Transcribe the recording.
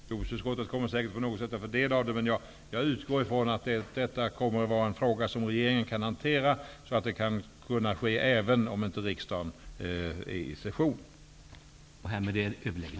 Herr talman! Jordbruksutskottet kommer säkert på något sätt att få del av det. Men jag utgår från att detta kommer att vara en fråga som regeringen kan hantera, så att beslut kan fattas även om riksdagen inte har session.